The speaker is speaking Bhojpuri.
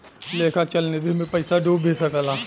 लेखा चल निधी मे पइसा डूब भी सकता